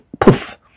poof